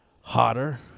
Hotter